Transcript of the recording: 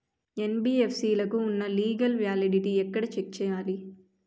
NBFC లకు ఉన్నా legal validity ఎక్కడ చెక్ చేయాలి?